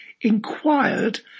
inquired